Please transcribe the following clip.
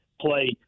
play